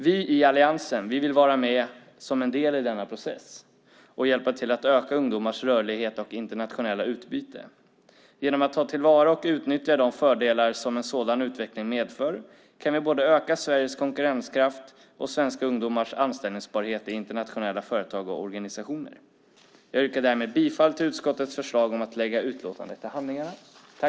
Vi i alliansen vill vara en del i denna process och hjälpa till att öka ungdomars rörlighet och internationella utbyte. Genom att ta till vara och utnyttja de fördelar som en sådan utveckling medför kan vi både öka Sveriges konkurrenskraft och svenska ungdomars anställningsbarhet i internationella företag och organisationer. Jag yrkar därmed bifall till utskottets förslag om att lägga utlåtandet till handlingarna.